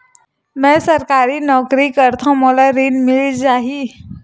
मै सरकारी नौकरी करथव मोला ऋण मिल जाही?